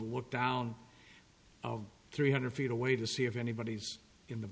what down of three hundred feet away to see if anybody's in the